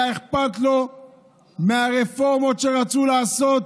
היה אכפת לו מהרפורמות שרצו לעשות,